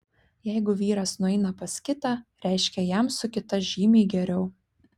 jeigu vyras nueina pas kitą reiškia jam su kita žymiai geriau